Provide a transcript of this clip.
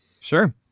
Sure